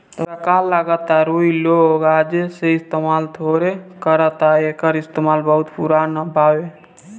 ताहरा का लागता रुई लोग आजे से इस्तमाल थोड़े करता एकर इतिहास बहुते पुरान बावे